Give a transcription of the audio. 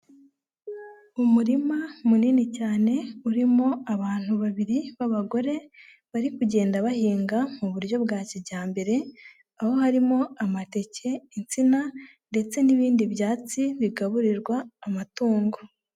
Umurima munini cyane urimo abantu babiri b'abagore bari kugenda bahinga mu buryo bwa kijyambere, aho harimo amateke, insina ndetse n'ibindi byatsi bigaburirwa amatungo.